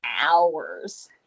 hours